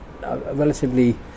relatively